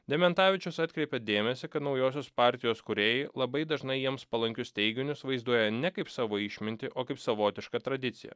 dementavičius atkreipė dėmesį kad naujosios partijos kūrėjai labai dažnai jiems palankius teiginius vaizduoja ne kaip savo išmintį o kaip savotišką tradiciją